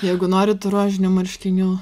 jeigu nori tų rožinių marškinių